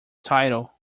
title